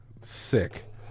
sick